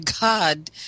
God